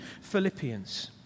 Philippians